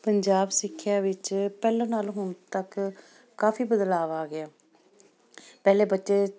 ਪੰਜਾਬ ਸਿੱਖਿਆ ਵਿੱਚ ਪਹਿਲਾਂ ਨਾਲੋਂ ਹੁਣ ਤੱਕ ਕਾਫੀ ਬਦਲਾਅ ਆ ਗਿਆ ਪਹਿਲੇ ਬੱਚੇ